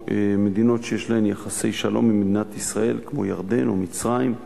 מדינות שיש להן יחסי שלום עם מדינת ישראל כמו ירדן או מצרים.